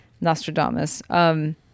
Nostradamus